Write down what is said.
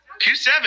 Q7